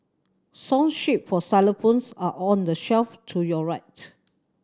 song sheet for xylophones are on the shelf to your right